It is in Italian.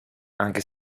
anche